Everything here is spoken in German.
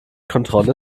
kontrolle